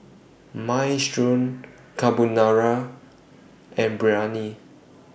Minestrone Carbonara and Biryani